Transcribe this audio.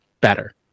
better